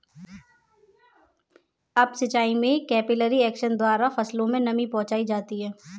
up सिचाई में capillary action द्वारा फसलों में नमी पहुंचाई जाती है